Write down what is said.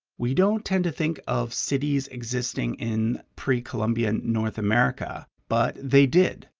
we don't tend to think of cities existing in pre-columbian north america but they did.